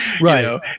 right